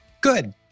good